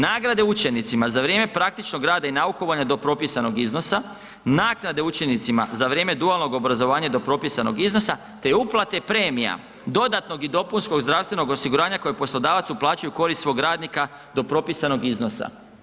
Nagrade učenicima za vrijeme praktičnog rada i naukovanja do propisanog iznosa, naknade učenicima za vrijeme dualnog obrazovanja do propisanog iznosa te uplate premija dodatnog i dopunskog zdravstvenog osiguranja koje poslodavac uplaćuje u korist svog radnika do propisanog iznosa.